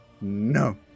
No